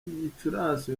gicurasi